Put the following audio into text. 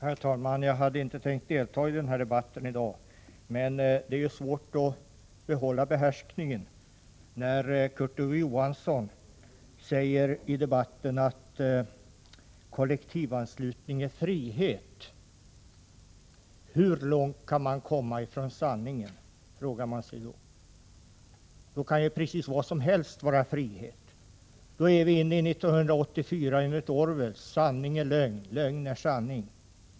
Herr talman! Jag hade inte tänkt delta i denna debatt i dag, men det är svårt att behålla behärskningen när Kurt Ove Johansson i debatten säger att kollektivanslutning är frihet. Hur långt från sanningen kan man komma? frågar man sig. Då kan precis vad som helst vara frihet. Då är vi inne i 1984 enligt Orwell: Sanning är lögn, lögn är sanning.